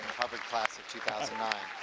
harvard class of two thousand